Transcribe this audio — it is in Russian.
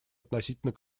относительно